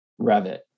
Revit